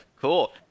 cool